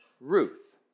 Ruth